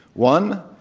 one,